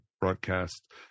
broadcast